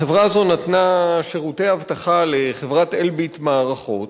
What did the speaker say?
החברה הזאת נתנה שירותי אבטחה לחברת "אלביט מערכות",